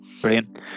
Brilliant